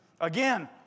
Again